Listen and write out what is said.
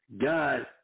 God